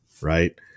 Right